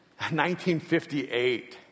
1958